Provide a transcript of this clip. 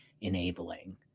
enabling